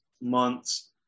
months